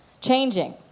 changing